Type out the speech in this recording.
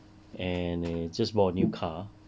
and eh just bought a new car